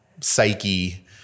psyche